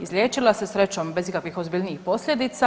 Izliječila se srećom bez ikakvih ozbiljnijih posljedica.